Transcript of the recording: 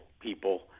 people